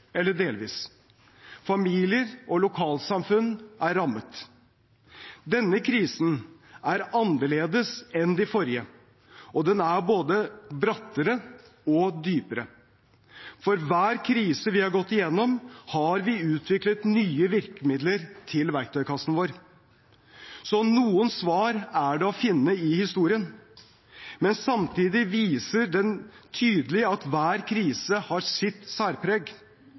eller delvis. Familier og lokalsamfunn er rammet. Denne krisen er annerledes enn de forrige, og den er både brattere og dypere. For hver krise vi har gått gjennom, har vi utviklet nye virkemidler til verktøykassen vår. Så noen svar er det å finne i historien, men samtidig viser den tydelig at hver krise har sitt særpreg.